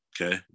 Okay